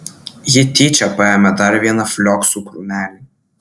ji tyčia paėmė dar vieną flioksų krūmelį